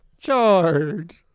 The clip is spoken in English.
charge